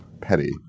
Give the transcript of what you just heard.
Petty